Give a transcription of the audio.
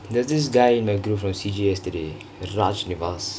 there's this guy in my group from C_J yesterday rajnivas